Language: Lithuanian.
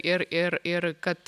ir ir ir kad